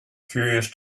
curious